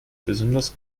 besonders